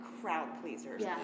crowd-pleasers